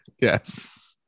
yes